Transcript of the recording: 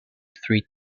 three